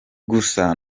gusa